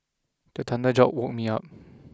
the thunder jolt woke me out